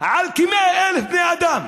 על כ-100,000 בני אדם.